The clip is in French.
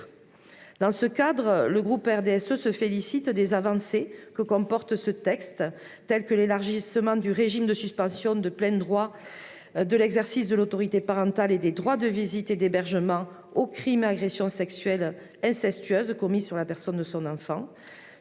Dans ce cadre, le groupe RDSE se félicite des avancées que comporte ce texte, notamment l'élargissement du régime de suspension de plein droit de l'exercice de l'autorité parentale et des droits de visite et d'hébergement aux crimes et agressions sexuelles incestueuses commis sur la personne de son enfant.